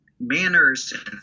manners